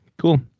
cool